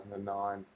2009